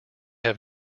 have